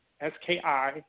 S-K-I